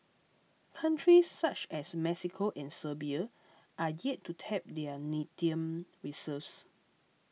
countries such as Mexico and Serbia are yet to tap their lithium reserves